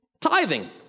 Tithing